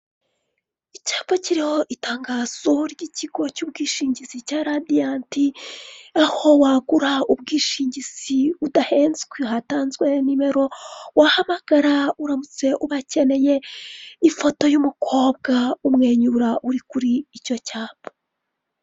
Icyapa kiriho itangazo ry'ikigo cy'ubwishingizi cya radiyanti, aho wagura ubwishingizi udahenzwe hatanzwe nimero wahabaga uramutse ubakeneye, ifoto y'umukobwa umwenyura uri kuri icyo cyapa.